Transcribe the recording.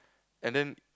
and then